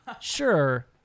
sure